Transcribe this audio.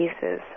pieces